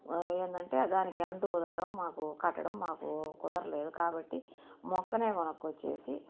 వా ఏంటంటే దానికి అంటు కుదరడం మాకు కట్టడం మాకు కుదరలేదు కాబట్టి మొక్కను కొనుకొని వచ్చి